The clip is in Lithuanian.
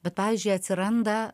bet pavyzdžiui atsiranda